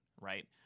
right